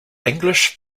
english